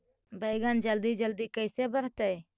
बैगन जल्दी जल्दी कैसे बढ़तै?